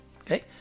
Okay